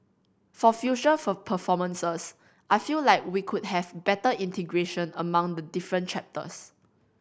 for future performances I feel like we could have better integration among the different chapters